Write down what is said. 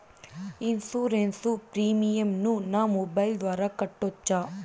Insurance premium ను నా mobile ద్వారా కట్టొచ్చా?